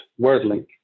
Wordlink